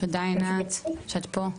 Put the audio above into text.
תודה, עינת, שאת פה.